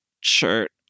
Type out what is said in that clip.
shirt